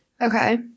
Okay